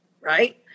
Right